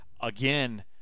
Again